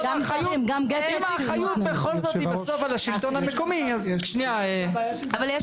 אם האחריות היא בכל זאת על השלטון המקומי אז --- אבל יש